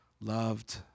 loved